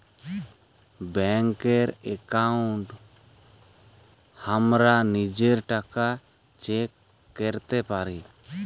ব্যাংকের একাউন্টে হামরা লিজের টাকা চেক ক্যরতে পারি